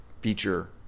feature